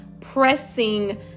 pressing